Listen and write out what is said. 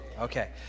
Okay